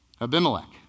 Abimelech